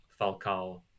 Falcao